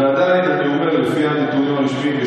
זה עדיין התיעוד הרשמי, הנתונים הרשמיים.